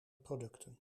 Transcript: producten